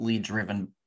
driven